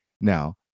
Now